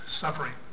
suffering